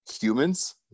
humans